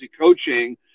coaching –